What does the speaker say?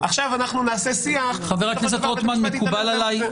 עכשיו אנחנו נעשה שיח ובסופו של דבר בית המשפט יתעלם גם מזה.